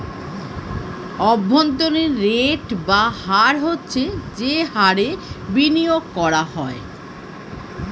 অভ্যন্তরীণ রেট বা হার হচ্ছে যে হারে বিনিয়োগ করা হয়